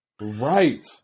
Right